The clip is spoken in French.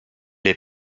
est